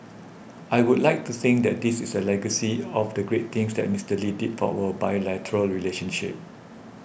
I would like to think that this is a legacy of the great things that Mister Lee did for our bilateral relationship